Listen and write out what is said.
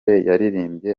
yaririmbye